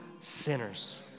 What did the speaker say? sinners